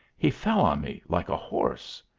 he fell on me like a horse.